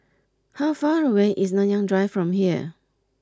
how far away is Nanyang Drive from here